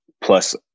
plus